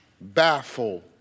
baffle